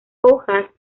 hojas